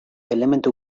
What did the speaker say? elementu